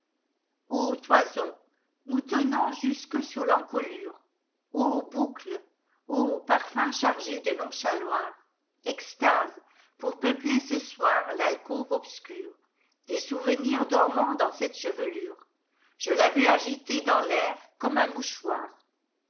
toison moutonnant jusque sur tencolurel boucles i parfum chargé de nonchaloirlextase pour peupler ce soir talcôve obscuredes souvenirs dormant dans cette chevelure je la veux agiter dans tair comme un mouchoir